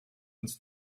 uns